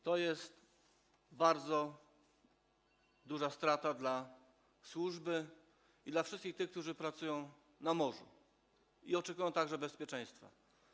To jest bardzo duża strata dla służby i dla wszystkich tych, którzy pracują na morzu i oczekują bezpieczeństwa.